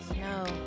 no